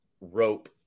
Rope